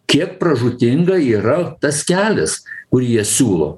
kiek pražūtinga yra tas kelias kurį jie siūlo